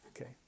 Okay